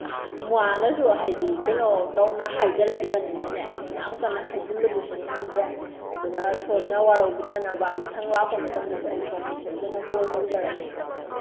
ꯃꯥꯅꯁꯨ ꯍꯥꯏꯗꯤ ꯀꯩꯅꯣ ꯇꯧꯅ ꯍꯥꯏꯖꯔꯛꯏꯕꯅꯤꯅꯅꯦ ꯑꯩꯁꯨ ꯌꯥꯝ ꯀꯟꯅ ꯍꯥꯏꯖꯤꯟꯕꯗꯨꯁꯨ ꯉꯝꯗ꯭ꯔꯦ ꯑꯗꯨꯅ ꯁꯣꯝꯅ ꯋꯥꯔꯧꯕꯤꯗꯅꯕ ꯃꯊꯪ ꯂꯥꯛꯄ ꯃꯇꯝꯗꯁꯨ ꯑꯩ ꯁꯣꯝꯗ ꯁꯣꯏꯗꯅ ꯀꯣꯜ ꯇꯧꯖꯔꯛꯀꯦ